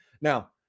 Now